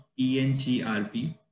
ENGRP